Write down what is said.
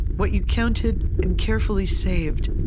what you counted and carefully saved,